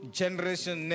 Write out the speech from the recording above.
generation